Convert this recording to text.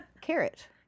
carrot